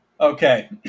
Okay